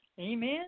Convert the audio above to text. Amen